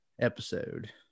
episode